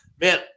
Man